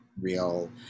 real